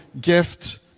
gift